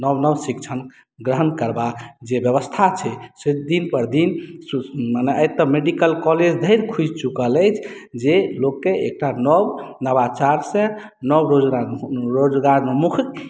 नव नव शिक्षण ग्रहण करबाक जे व्यवस्था छै से दिनपर दिन मने आइ तऽ मेडिकल कॉलेज धरि खुजि चुकल अछि जे लोकके एकटा नव नवाचारसँ नव रोजगार्नु रोजगारोन्मुख